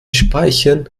speichen